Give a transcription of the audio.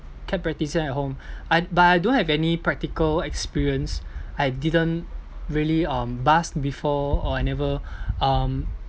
kept practising at home I but I don't have any practical experience I didn't really um busk before or I never um